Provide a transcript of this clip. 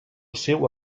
seua